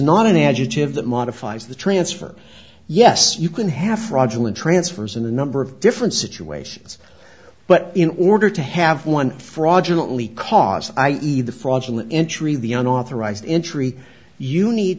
not an adjective that modifies the transfer yes you can have fraudulent transfers in a number of different situations but in order to have one fraudulent only cause i either fraudulent entry the unauthorized entry you need